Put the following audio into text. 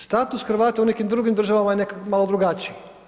Status Hrvata u nekim drugim državama je malo drugačiji.